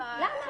למה?